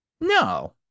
No